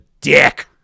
dick